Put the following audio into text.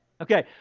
Okay